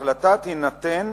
ההחלטה תינתן